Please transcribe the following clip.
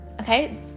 Okay